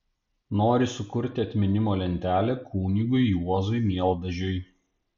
nori sukurti atminimo lentelę kunigui juozui mieldažiui